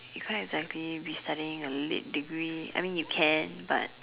you can't exactly be studying a lit degree I mean you can but